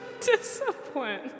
Discipline